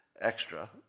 extra